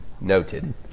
Noted